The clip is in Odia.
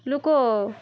ଲୋକ